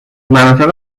مناطق